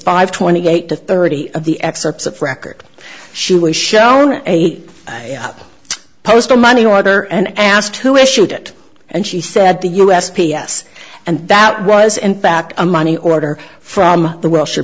five twenty eight to thirty of the excerpts of record she was shown a postal money order and asked who issued it and she said the u s p s and that was in fact a money order from the w